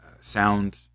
sound